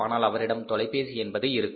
ஆனால் அவரிடம் தொலைபேசி என்பது இருக்கும்